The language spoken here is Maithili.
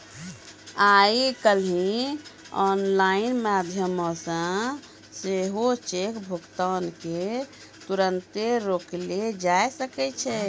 आइ काल्हि आनलाइन माध्यमो से सेहो चेक भुगतान के तुरन्ते रोकलो जाय सकै छै